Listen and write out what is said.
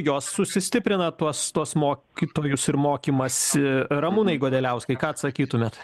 jos sustiprina tuos tuos mokytojus ir mokymąsi ramūnai godeliauskai ką atsakytumėt